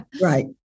Right